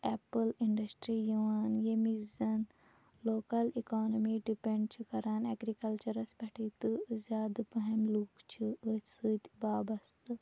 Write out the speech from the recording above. apple industry یِوان ییٚمِچ زَن لوکَل اِکانٔمی ڈِپٮ۪نٛڈ چھِ کَران ایٚگریٖکَلچَرَس پٮ۪ٹھٕے تہٕ زیٛادٕ پہم لُکھ چھِ أتھۍ سۭتۍ وابستہٕ